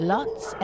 Lots